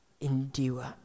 Endure